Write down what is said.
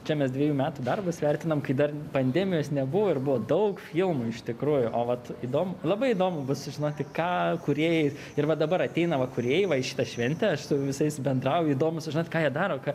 čia mes dvejų metų darbus vertinam kai dar pandemijos nebuvo ir buvo daug filmų iš tikrųjų o vat įdomu labai įdomu sužinoti ką kūrėjai ir va dabar ateina va kūrėjai va į šitą šventę aš su visais bendrauju įdomu sužinot ką jie daro ką